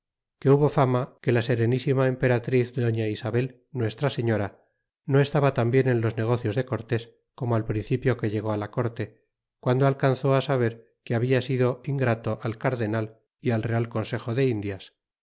que hubo fama que la serenisituarmperatriz doña isabel nuestra señora no estaba tan bien en los negocios de cortés como al principio que llegó la corte guando alcanzó saber que habia sido ingrato al cardenal y al real consejo de indias